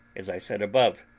as i said above,